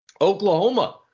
Oklahoma